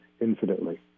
infinitely